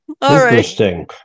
Interesting